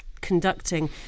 conducting